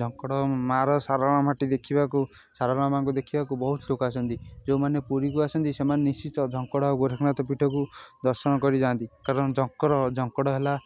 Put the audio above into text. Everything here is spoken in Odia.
ଝଙ୍କଡ଼ ମାଆର ଶାରଳା ମାଟି ଦେଖିବାକୁ ଶାରଳା ମାଆଙ୍କୁ ଦେଖିବାକୁ ବହୁତ ଲୋକ ଆସନ୍ତି ଯେଉଁମାନେ ପୁରୀକୁ ଆସନ୍ତି ସେମାନେ ନିଶ୍ଚିିତ ଝଙ୍କଡ଼ ଆଉ ଗୋରେଖାନଥ ପୀଠକୁ ଦର୍ଶନ କରିଯାଆନ୍ତି କାରଣ ଝଙ୍କଡ଼ ଝଙ୍କଡ଼ ହେଲା